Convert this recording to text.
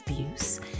abuse